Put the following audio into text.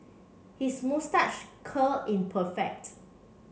his moustache curl in perfect